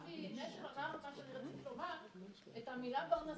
מאז שהכניסו את סעיפי השימוש ההוגן